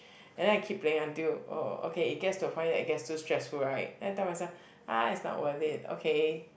and then I keep playing until oh okay it gets to the point that it's too stressful right then I tell myself ah it's not worth it okay